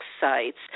sites